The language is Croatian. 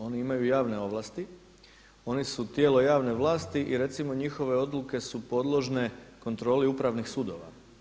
Oni imaju javne ovlasti, oni su tijelo javne vlasti i recimo njihove odluke su podložne kontroli upravnih sudova.